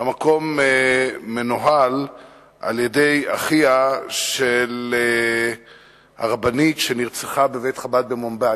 המקום מנוהל על-ידי אחיה של הרבנית שנרצחה בבית-חב"ד במומבאי.